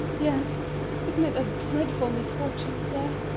yes isn't it a dreadful misfortune, sir?